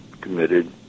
committed